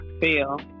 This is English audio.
feel